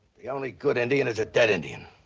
the only good indian is a dead indian.